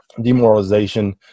demoralization